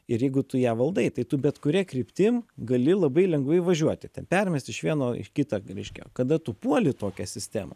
ir jeigu tu ją valdai tai tu bet kuria kryptim gali labai lengvai važiuoti ten permest iš vieno į kitą reiškia kada tu puoli tokią sistemą